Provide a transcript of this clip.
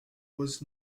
was